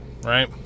right